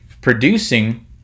producing